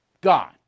Gone